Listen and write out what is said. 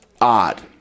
odd